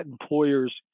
employers